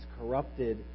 corrupted